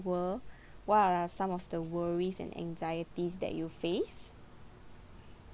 world what are some of the worries and anxieties that you face